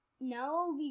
No